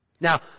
Now